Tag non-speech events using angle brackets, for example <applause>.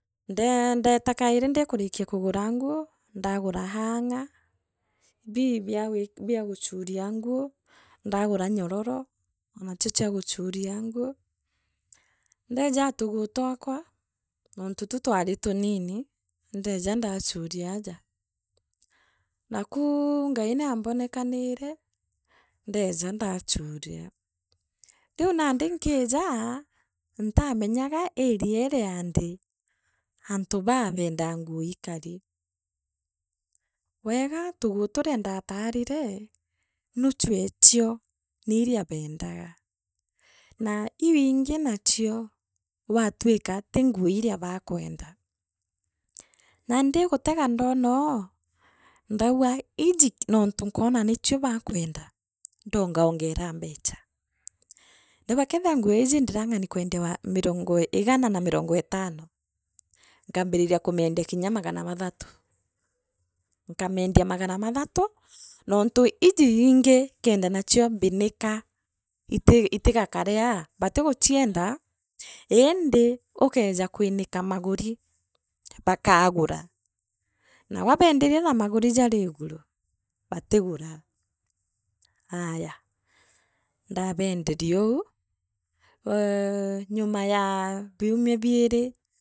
Ndee ndeta kairi ndikurikia kugura nguu ndagura hoinger bii <hesitation> biaguchuria nguu ndegura nyororo oonachio chia guchuria nguu, ndejaatuguu twakwa, nontutu twati turini ndeeja ndaacuriaja. Naakuu <hesitation> Ngai naambonekanire. ndeeja ndaachuria, riu nandi inkejaa ntamenyaka iriere ante, antu babenda nguu ikari. weega tuguu tura ndaatarire. nuchu eechio niiria beendaa, na iu ingi nachio watwika tii nguo iria baakwenda. nandi ndigutega ndonoo, ndauga iji nontu nkwona nichio baakwenda ndoongaongera mbecha ndauga keethira nguu iiji ndirang’aru kwendi wan mirongo igara na mirongo etano, nkambiriria kumiendia kinya magara mathatu. nkamiendia magana mathatu. nontu ii iiji ingii kenda nachip mbini ka iti <hesitation> itigakareaa batiguchiendaa, indi ukeeja kwinika maguri, baakaguraa na wabenderia na maguri jari iguru batigura aaya ndabenderiou eee <hesitation> nyuma ya biumia biirii.